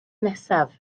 nesaf